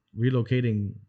relocating